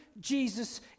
Jesus